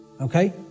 okay